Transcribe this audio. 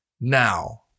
Now